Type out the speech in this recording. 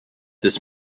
this